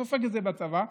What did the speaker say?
סופג את זה בצבא,